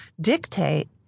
dictate